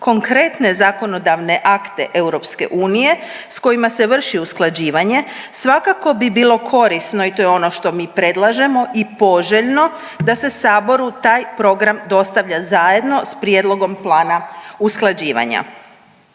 konkretne zakonodavne akte EU s kojim se vrši usklađivanje svakako bi bilo korisno i to je ono što mi predlažemo i poželjno da se saboru taj program dostavlja zajedno s prijedlog plana usklađivanja.